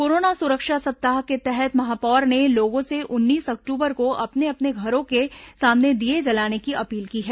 corona सुरक्षा सप्ताह के तहत महापौर ने लोगों से उन्नीस अक्टूबर को अपने अपने घरों के सामने दीये जलाने की अपील की है